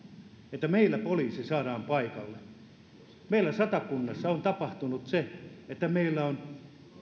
että meillä poliisi saadaan paikalle meillä satakunnassa on tapahtunut se että meillä on